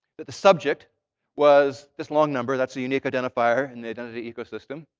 that the subject was this long number that's a unique identifier in the identity ecosystem,